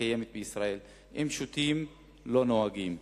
הקיימת בישראל: אם שותים לא נוהגים.